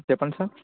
చెప్పండి సార్